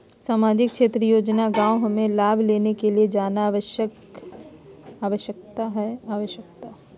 सामाजिक क्षेत्र योजना गांव हमें लाभ लेने के लिए जाना आवश्यकता है आवश्यकता है?